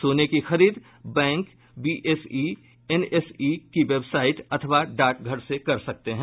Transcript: सोने की खरीद बैंक बीएसई एनएसई की वेबसाइट अथवा डाकघर से कर सकते हैं